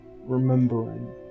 remembering